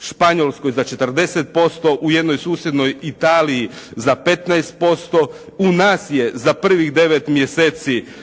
Španjolskoj za 40%, u jednoj susjednoj Italiji za 15%, u nas je za prvih devet mjeseci,